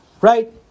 right